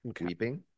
Weeping